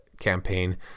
campaign